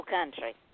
country